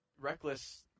Reckless